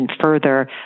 further